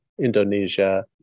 Indonesia